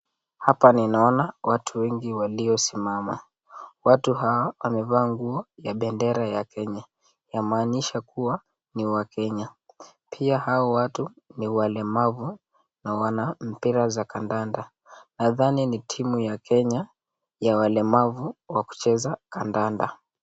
Hapa ninaona watu wengi waliosimama, watu hao wamevaa nguo ya bendera ya Kenya inamaanisha kuwa ni wakenya pia hao watu ni walemavu na wana mipira za kandanda nadhani ni timu ya Kenya ya walemavu wa kucheza kandanda.